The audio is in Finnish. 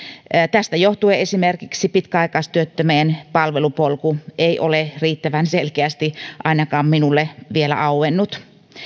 tästä johtuen esimerkiksi pitkäaikaistyöttömien palvelupolku ei ole riittävän selkeästi ainakaan minulle vielä auennut